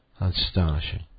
Astonishing